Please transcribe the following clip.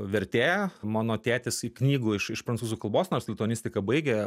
vertėja mano tėtis į knygų iš iš prancūzų kalbos nors lituanistiką baigė